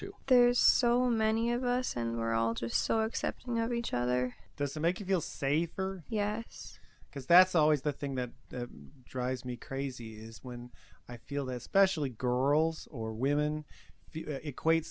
to there's so many of us and we're all just so accepting of each other doesn't make you feel safer yes because that's always the thing that drives me crazy is when i feel that specially girls or women equate